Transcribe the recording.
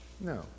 No